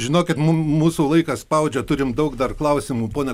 žinokit mum mūsų laikas spaudžia turim daug dar klausimų pone